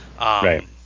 Right